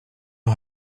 har